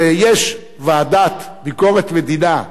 כשיש ועדת ביקורת מדינה,